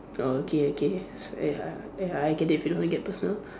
oh okay okay s~ ya ya I get it if you don't want get personal